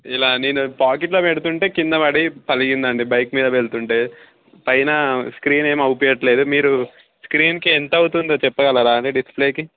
ఇలా నేను పాకెట్లో పెడుతుంటే కిందపడి పగిలింది అండి బైక్ మీద వెళ్తుంటే పైన స్క్రీన్ ఏమి అగుపించట్లేదు మీరు స్క్రీన్కి ఎంత అవుతుందో చెప్పగలరా అండి డిస్ప్లేకి